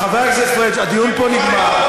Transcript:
חבר הכנסת פריג', הדיון פה נגמר.